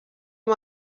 amb